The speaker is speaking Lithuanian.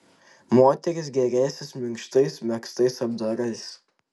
moterys gėrėsis minkštais megztais apdarais